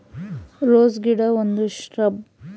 rose ಗಿಡ ಒಂದು shrub